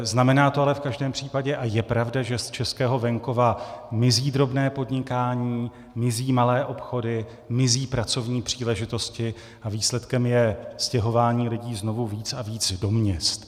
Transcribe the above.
Znamená to ale v každém případě a je pravda, že z českého venkova mizí drobné podnikání, mizí malé obchody, mizí pracovní příležitosti a výsledkem je stěhování lidí znovu víc a víc do měst.